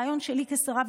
הרעיון שלי כשרה,